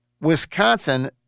Wisconsin